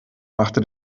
machte